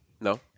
No